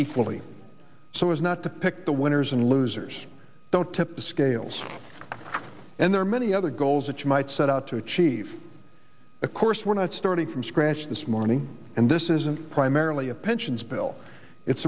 equally so as not to pick the winners and losers don't tip the scales and there are many other goals that you might set out to achieve of course we're not starting from scratch this morning and this isn't primarily a pensions bill it's